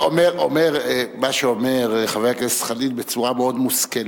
מה שאומר חבר הכנסת חנין, בצורה מאוד מושכלת: